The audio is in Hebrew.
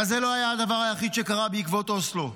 אבל זה לא הדבר היחיד שקרה בעקבות אוסלו.